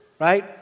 right